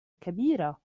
كبيرة